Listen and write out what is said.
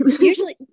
usually